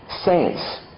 saints